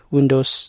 Windows